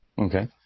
Okay